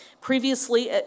Previously